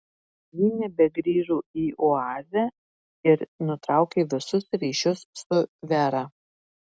ji nebegrįžo į oazę ir nutraukė visus ryšius su vera